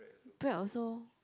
bread also